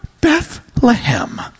Bethlehem